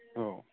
औ